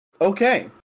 okay